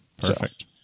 Perfect